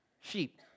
Sheep